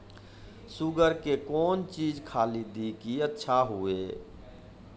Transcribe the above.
Sugar के कौन चीज खाली दी कि अच्छा हुए?